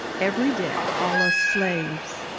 everyday all us slaves,